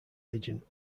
agent